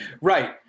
Right